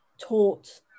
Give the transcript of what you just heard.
taught